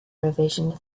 revision